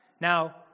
now